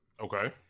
Okay